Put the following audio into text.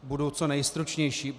Budu co nejstručnější.